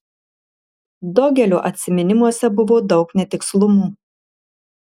dogelio atsiminimuose buvo daug netikslumų